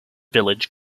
village